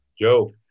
Joe